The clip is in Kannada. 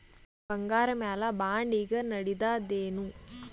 ಬಂಗಾರ ಮ್ಯಾಲ ಬಾಂಡ್ ಈಗ ನಡದದೇನು?